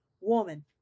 woman